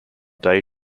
day